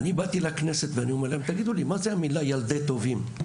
אני באתי לכנסת ואני אומר להם מה זאת המילה "ילדי טובים"?